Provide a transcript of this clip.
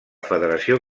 federació